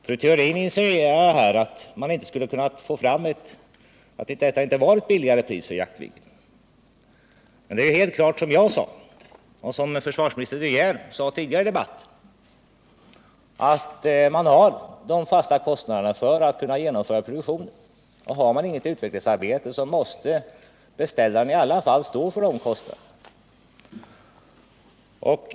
Fru Theorin insinuerar här att detta inte var ett lägre pris för Jaktviggen. Men det är helt klart, som jag sade och som också försvarsminister De Geer sade tidigare i debatten, att man har de fasta kostnaderna för att kunna genomföra produktionen. Har man inte något utvecklingsarbete, måste beställaren i alla fall stå för omkostnaderna.